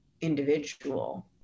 individual